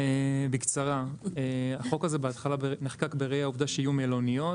החוק בהתחלה נחקק בראי העובדה שיהיו מלוניות,